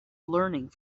learning